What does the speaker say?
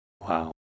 Wow